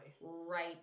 Right